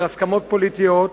של הסכמות פוליטיות.